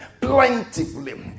plentifully